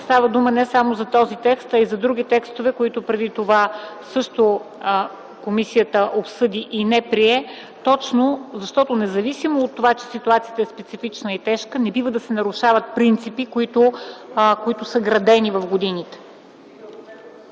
Става дума не само за този текст, а и за други текстове, които преди това комисията също обсъди и не прие, точно защото, независимо от това, че ситуацията е специфична и тежка, не бива да се нарушават принципи, градени в годините.